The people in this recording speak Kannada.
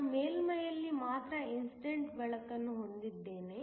ನಾನು ಮೇಲ್ಮೈಯಲ್ಲಿ ಮಾತ್ರ ಇನ್ಸಿಡೆಂಟ್ ಬೆಳಕನ್ನು ಹೊಂದಿದ್ದೇನೆ